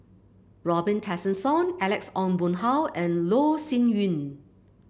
Robin Tessensohn Alex Ong Boon Hau and Loh Sin Yun